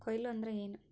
ಕೊಯ್ಲು ಅಂದ್ರ ಏನ್?